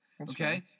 Okay